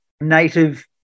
native